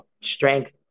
strength